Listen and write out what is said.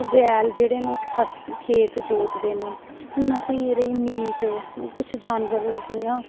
ओह् बैल जेह्ड़े न ओह् खेत जोतदे न हून अस इंदा मीट जियां कुश जानवर